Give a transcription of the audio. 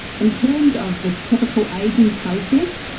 in terms of the typical ageing process,